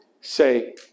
say